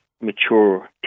mature